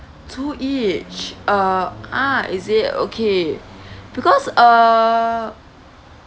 two each uh ah is it okay because err